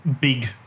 big